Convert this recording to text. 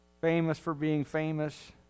famous-for-being-famous